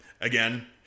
Again